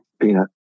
Peanut